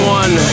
one